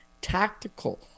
tactical